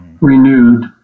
renewed